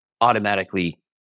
automatically